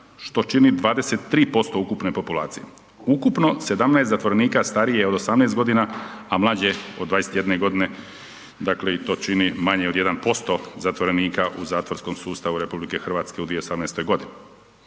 što čini 23% ukupne populacije. Ukupno 17 zatvorenika stariji je od 18 godina, a mlađe od 21 godine, to čini manje od 1% zatvorenika u zatvorskom sustavu RH u 2018. godini.